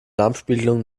darmspiegelung